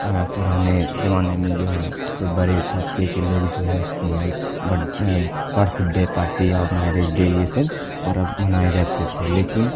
پرانے زمانے میں جو ہے کوئی بڑے طبقے کے لوگ جو ہے اس کی بڈ برتھ ڈے پارٹی اور میرج ڈے یہ سب پرب منائے جاتے تھے لیکن